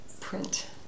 print